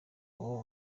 abo